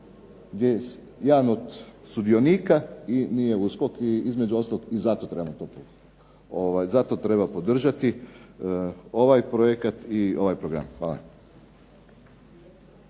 gdje jedan od sudionika nije USKOK i između ostalog i zato trebamo to prihvatiti. Zato treba podržati ovaj projekt i ovaj program. Hvala.